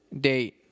date